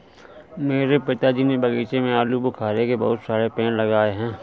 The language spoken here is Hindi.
मेरे पिताजी ने बगीचे में आलूबुखारे के बहुत सारे पेड़ लगाए हैं